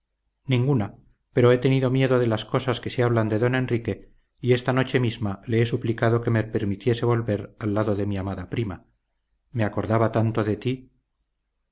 ninguna pero he tenido miedo de las cosas que se hablan de don enrique y esta noche misma le he suplicado que me permitiese volver al lado de mi amada prima me acordaba tanto de ti